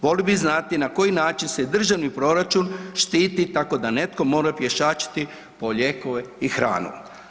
Volio bi znati na koji način se državni proračun štiti tako da netko mora pješačiti po lijekove i hranu?